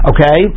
Okay